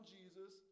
Jesus